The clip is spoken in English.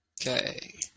Okay